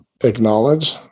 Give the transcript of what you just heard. acknowledge